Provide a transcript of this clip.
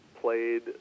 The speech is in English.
played